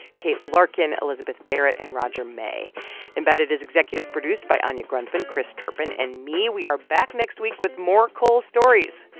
kate larkin, elizabeth barrett and roger may embedded is executive produced by anya grundmann, chris turpin and me. we are back next week with more coal stories.